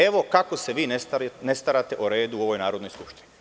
Evo kako se vi ne starate o redu u ovoj Narodnoj skupštini.